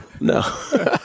no